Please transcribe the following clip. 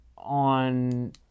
on